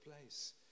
place